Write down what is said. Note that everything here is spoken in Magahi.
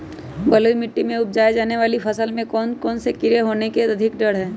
बलुई मिट्टी में उपजाय जाने वाली फसल में कौन कौन से कीड़े होने के अधिक डर हैं?